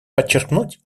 подчеркнуть